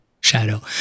shadow